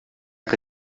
que